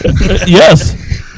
Yes